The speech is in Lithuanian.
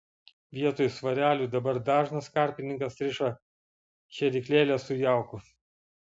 vietoj svarelių dabar dažnas karpininkas riša šėryklėles su jauku